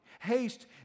Haste